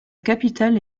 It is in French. capitale